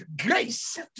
grace